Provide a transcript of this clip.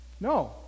No